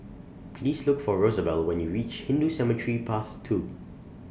Please Look For Rosabelle when YOU REACH Hindu Cemetery Path two